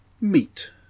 Meet